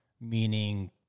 meaning